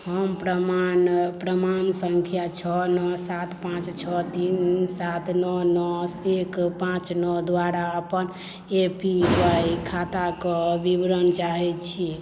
हम प्रमाण संख्या छओ नओ सात पाँच छह तीन सात नओ नओ एक पाँच नओ द्वारा अपन ए पी वाइ खाताक विवरण चाहैत छी